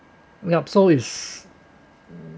yup so it's